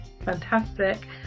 Fantastic